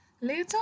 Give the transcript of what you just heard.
Later